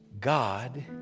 God